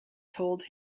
told